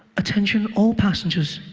attention all passengers.